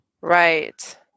Right